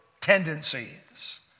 tendencies